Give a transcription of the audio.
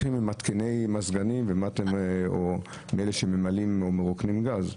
ממתקיני מזגנים או מאלה שממלאים או מרוקנים גז?